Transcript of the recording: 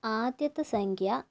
ആദ്യത്തെ സംഖ്യ